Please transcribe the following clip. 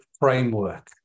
framework